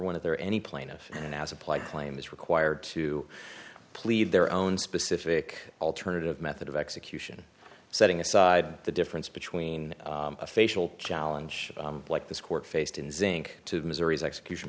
one of their any plaintiff has applied claim is required to plead their own specific alternative method of execution setting aside the difference between a facial challenge like this court faced in zinc to missouri's execution